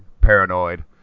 paranoid